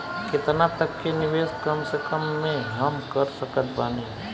केतना तक के निवेश कम से कम मे हम कर सकत बानी?